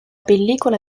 pellicola